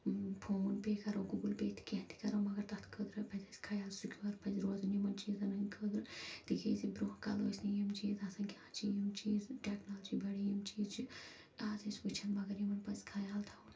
phone پیٚے کَرَو Google پیٚے کیٚنٛہہ تہِ کَرَو مگر تَتھ خٲطرٕ پَزِ اَسہِ خیال سِکیور پَزِ روزُن یِمَن چیٖزَن ہٕنٛدِ خٲطرٕ تِکیٛازِ برٛونٛہہ کالہٕ ٲسۍ نہٕ یِم چیٖز آسان کیٚنٛہہ اَز چھِ یِم چیٖز ٹٮ۪کنالجی بڈییہِ یِم چیٖز چھِ اَز أسۍ وُچھان مگر یِمَن پَزِ خیال تھاوُن